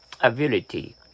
ability